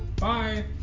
Bye